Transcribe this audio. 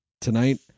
Tonight